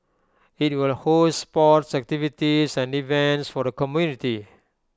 IT will host sports activities and events for the community